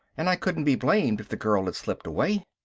and i couldn't be blamed if the girl had slipped away.